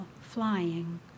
flying